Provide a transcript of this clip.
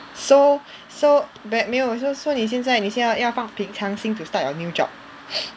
so so but 没有就是说你现在你现在要放平常心 to start your new job